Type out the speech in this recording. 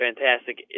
fantastic